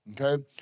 okay